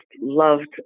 loved